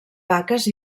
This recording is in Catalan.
vaques